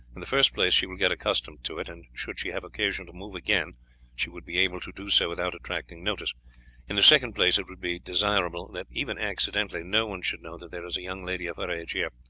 in the first place, she will get accustomed to it, and should she have occasion to move again she would be able to do so without attracting notice in the second place, it would be desirable that, even accidentally, no one should know that there is a young lady of her age here.